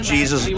Jesus